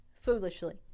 foolishly